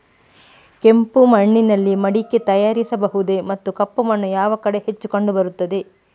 ಕೆಂಪು ಮಣ್ಣಿನಲ್ಲಿ ಮಡಿಕೆ ತಯಾರಿಸಬಹುದೇ ಮತ್ತು ಕಪ್ಪು ಮಣ್ಣು ಯಾವ ಕಡೆ ಹೆಚ್ಚು ಕಂಡುಬರುತ್ತದೆ?